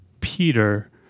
Peter